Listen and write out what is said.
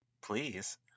please